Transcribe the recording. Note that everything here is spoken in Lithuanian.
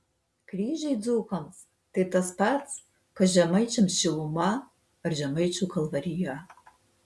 kryžiai dzūkams tai tas pats kas žemaičiams šiluva ar žemaičių kalvarija